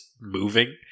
moving